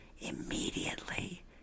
immediately